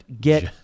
get